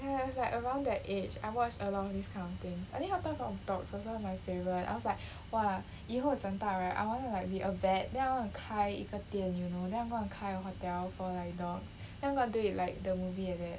!aiya! it's like around that age I watch a lot of this kind of things I think hotels of dogs was one of my favorites I was like !wah! 以后长大 right I want to like be a vet then I want to 开一个店 you know then I gonna 开 hotel for like dogs then I'm gonna do it like the movie like that